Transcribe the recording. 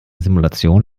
simulation